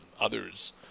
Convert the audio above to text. others